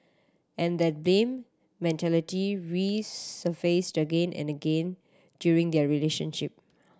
and that blame mentality resurfaced again and again during their relationship